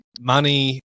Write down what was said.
money